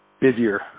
busier